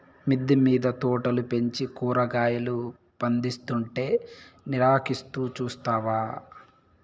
మిద్దె మింద తోటలు పెంచి కూరగాయలు పందిస్తుంటే నిరాకరిస్తూ చూస్తావా